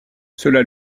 cela